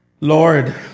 Lord